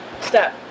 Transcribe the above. step